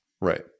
right